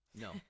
No